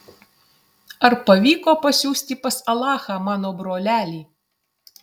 ar pavyko pasiųsti pas alachą mano brolelį